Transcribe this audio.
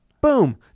boom